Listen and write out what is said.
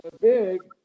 big